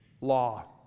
law